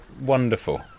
wonderful